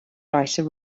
writer